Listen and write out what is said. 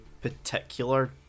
particular